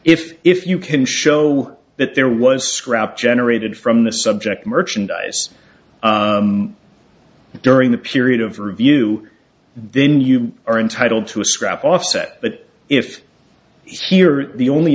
if if you can show that there was a scrap generated from the subject merchandise during the period of review then you are entitled to a scrap offset but if he or the only